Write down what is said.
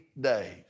Days